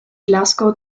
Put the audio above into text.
glasgow